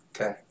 Okay